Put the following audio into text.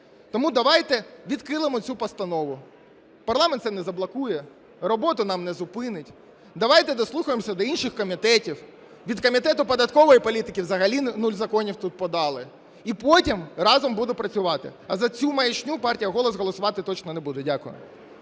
Тому давайте відхилимо цю постанову, парламент це не заблокує, роботу нам не зупинить, давайте дослухаємося до інших комітетів. Від Комітету податкової політики взагалі нуль законів тут подали. І потім разом будемо працювати. А за цю маячню партія "Голос" голосувати точно не буде. Дякую.